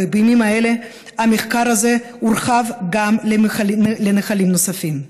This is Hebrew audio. ובימים האלה המחקר הזה הורחב גם לנחלים נוספים.